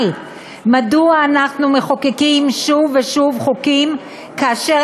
אבל מדוע אנחנו מחוקקים שוב ושוב חוקים כאשר